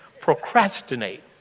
Procrastinate